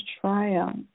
triumph